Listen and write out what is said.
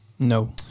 no